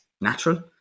natural